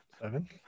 Seven